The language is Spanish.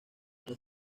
los